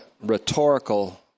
rhetorical